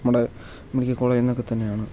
നമ്മുടെ മെഡിക്കൽ കോളേജിൽ നിന്നൊക്കെ തന്നെയാണ്